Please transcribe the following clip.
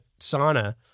sauna